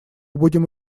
будем